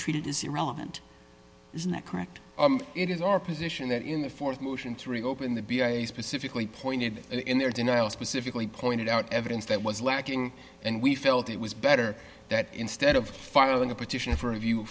treated is irrelevant isn't that correct it is our position that in the th motion to reopen the b i specifically pointed in their denial specifically pointed out evidence that was lacking and we felt it was better that instead of filing a petition for a view